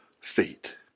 feet